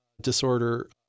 disorder